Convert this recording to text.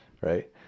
right